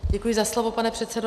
Děkuji za slovo, pane předsedo.